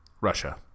russia